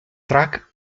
track